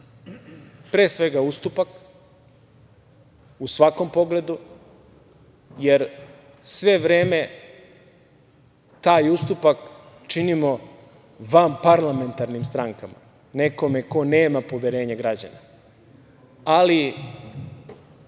pre svega ustupak, u svakom pogledu, jer sve vreme taj ustupak činimo vanparlamentarnim strankama, nekome ko nema poverenje građana, ali